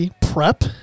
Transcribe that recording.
Prep